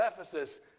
Ephesus